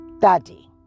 Daddy